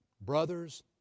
brothers